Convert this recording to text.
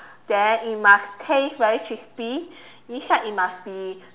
then it must taste very crispy inside it must be